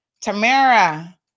Tamara